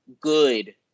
good